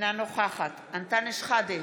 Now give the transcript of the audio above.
אינה נוכחת אנטאנס שחאדה,